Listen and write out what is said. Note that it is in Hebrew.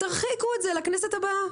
תרחיקו את זה לכנסת הבאה.